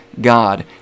God